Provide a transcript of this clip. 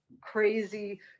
crazy